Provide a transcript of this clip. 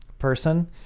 person